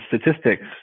statistics